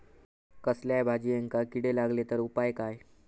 कसल्याय भाजायेंका किडे लागले तर उपाय काय?